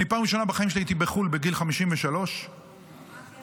אני פעם ראשונה בחיים שלי הייתי בחו"ל בגיל 53. מה הקשר?